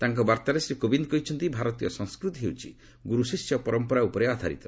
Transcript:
ତାଙ୍କ ବାର୍ତ୍ତାରେ ଶ୍ରୀ କୋବିନ୍ଦ କହିଛନ୍ତି ଭାରତୀୟ ସଂସ୍କୃତି ହେଉଛି ଗୁରୁ ଶିଷ୍ୟ ପରମ୍ପରା ଉପରେ ଆଧାରିତ